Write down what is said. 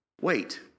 wait